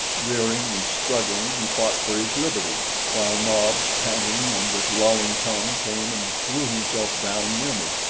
rearing and struggling, he fought for his liberty while nobs, panting and with lolling tongue, came and threw himself down near me.